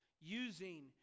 using